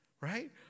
right